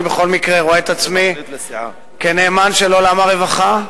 אני בכל מקרה רואה את עצמי כנאמן של עולם הרווחה,